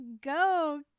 go